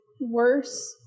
worse